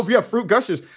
ah yeah. fruit gushers.